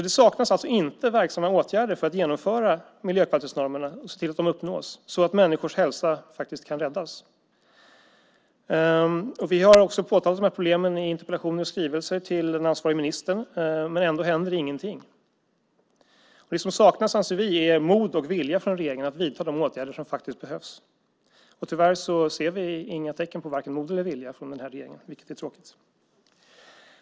Det saknas alltså inte verksamma åtgärder för att genomföra miljökvalitetsnormerna och se till att de uppnås så att människors hälsa kan räddas. Vi har påtalat dessa problem i interpellationer och skrivelser till den ansvarige ministern, men ändå händer ingenting. Det som saknas, anser vi, är mod och vilja från regeringen att vidta de åtgärder som behövs. Tyvärr ser vi inga tecken på vare sig mod eller vilja från denna regering, vilket är tråkigt.